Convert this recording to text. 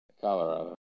Colorado